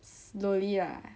slowly lah